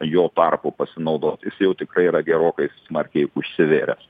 jo tarpu pasinaudot jis jau tikrai yra gerokai smarkiai užsivėręs